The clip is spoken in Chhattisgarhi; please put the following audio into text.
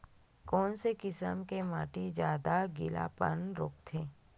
कोन से किसम के माटी ज्यादा गीलापन रोकथे?